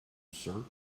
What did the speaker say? sir